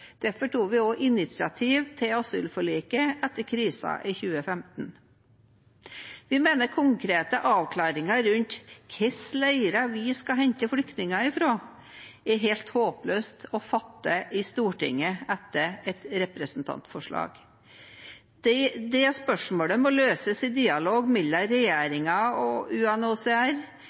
Derfor tok vi initiativ til asylforliket etter krisen i 2015. Vi mener konkrete avklaringer rundt hvilke leirer vi skal hente flyktninger fra, er helt håpløst å fatte i Stortinget etter et representantforslag. Det spørsmålet må løses i dialog mellom regjeringen og UNHCR